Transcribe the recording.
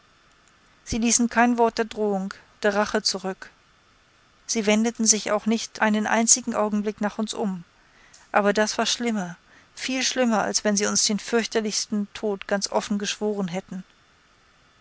sie ließen kein wort der drohung der rache zurück sie wendeten sich auch nicht einen einzigen augenblick nach uns um aber das war schlimmer viel schlimmer als wenn sie uns den fürchterlichsten tod ganz offen geschworen hätten